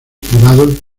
privados